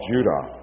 Judah